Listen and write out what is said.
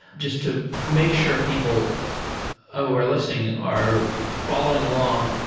just to make sure people ah who are listening are following along.